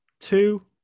two